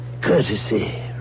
courtesy